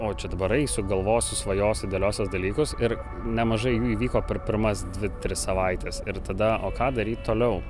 o čia dabar eisiu galvosiu svajosiu dėliosiuos dalykus ir nemažai jų įvyko per pirmas dvi tris savaites ir tada o ką daryt toliau